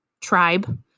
tribe